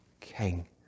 king